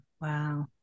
Wow